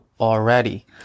already